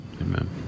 Amen